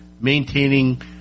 maintaining